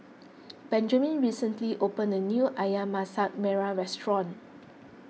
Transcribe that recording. Benjaman recently opened a new Ayam Masak Merah Restaurant